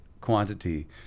quantity